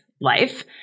life